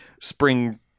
spring